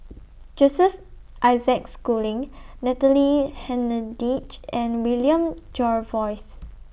Joseph Isaac Schooling Natalie Hennedige and William Jervois